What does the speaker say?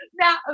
Now